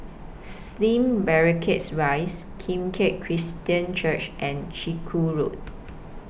Slim Barracks Rise Kim Keat Christian Church and Chiku Road